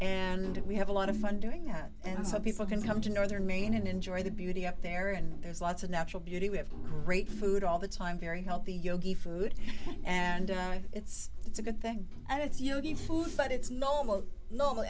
and we have a lot of fun doing that and so people can come to northern maine and enjoy the beauty up there and there's lots of natural beauty we have great food all the time very healthy yogi food and it's it's a good thing and it's you know good food but it's normal normal